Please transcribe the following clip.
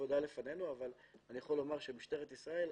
ותקציב למשרד לבט"פ על מנת שהמשרד לבט"פ,